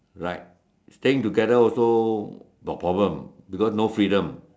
right staying together also got problem because no freedom